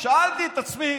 שאלתי את עצמי